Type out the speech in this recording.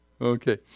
Okay